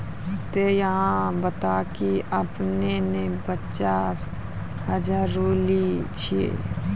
ते अहाँ बता की आपने ने पचास हजार रु लिए छिए?